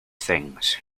things